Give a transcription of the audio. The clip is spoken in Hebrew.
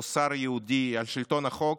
מוסר יהודי על שלטון החוק,